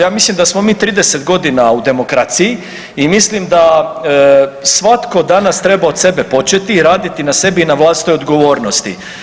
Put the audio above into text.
Ja mislim da smo mi 30.g. u demokraciji i mislim da svatko danas treba od sebe početi i raditi na sebi i na vlastitoj odgovornosti.